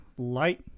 Light